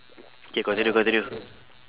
K continue continue